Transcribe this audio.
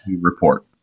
report